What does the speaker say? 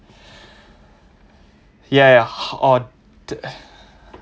ya ya odd